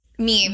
Meme